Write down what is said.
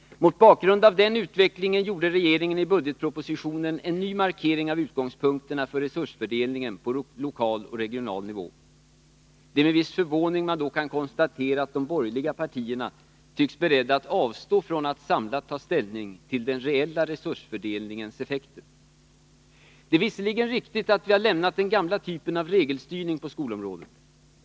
Mot bakgrund av den utvecklingen gjorde regeringen i budgetpropositionen en ny markering av utgångspunkterna för resursfördelningen på lokal och regional nivå. Det är med viss förvåning man då kan konstatera att de borgerliga partierna tycks beredda att avstå från att samlat ta ställning till den reella resursfördelningens effekter. Det är visserligen riktigt att vi har lämnat den gamla typen av regelstyrning på skolområdet.